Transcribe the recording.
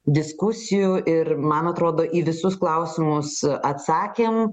diskusijų ir man atrodo į visus klausimus atsakėm